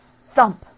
Thump